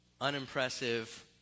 unimpressive